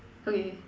okay